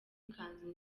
ikanzu